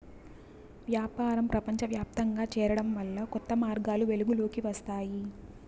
వ్యాపారం ప్రపంచవ్యాప్తంగా చేరడం వల్ల కొత్త మార్గాలు వెలుగులోకి వస్తాయి